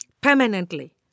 permanently